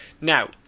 Now